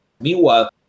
Meanwhile